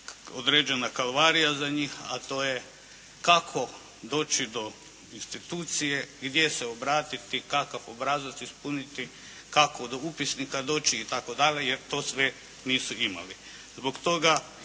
određena kalvarija za njih, a to je kako doći do institucije, gdje se obratiti, kakav obrazac ispuniti, kako do upisnika doći itd. jer to sve nisu imali. Zbog toga